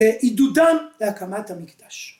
עידודם להקמת המקדש.